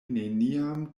neniam